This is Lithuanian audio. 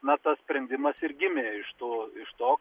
na tas sprendimas ir gimė iš to iš to